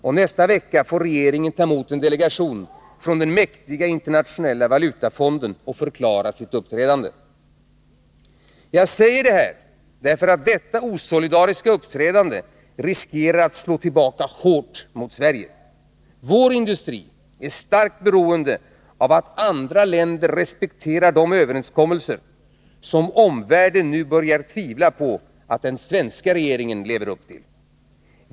Och nästa vecka får regeringen ta emot en delegation från den mäktiga Internationella valutafonden och förklara sitt uppträdande. Jag säger detta, därför att detta osolidariska uppträdande riskerar att slå tillbaka hårt mot Sverige. Vår industri är starkt beroende av att andra länder respekterar de överenskommelser som omvärlden nu börjar tvivla på att den svenska regeringen lever upp till.